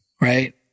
right